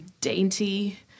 dainty